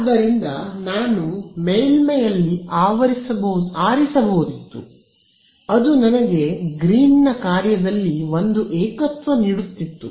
ಆದ್ದರಿಂದ ನಾನು ಮೇಲ್ಮೈಯಲ್ಲಿ ಆರಿಸಬಹುದಿತ್ತು ಅದು ನನಗೆ ಗ್ರೀನ್ನ ಕಾರ್ಯದಲ್ಲಿ ಒಂದು ಏಕತ್ವ ನೀಡುತ್ತಿತ್ತು